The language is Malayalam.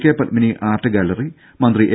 കെ പത്മിനി ആർട്ട് ഗാലറി മന്ത്രി എ